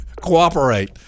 Cooperate